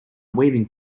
weaving